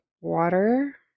water